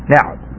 Now